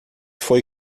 foi